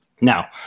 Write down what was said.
Now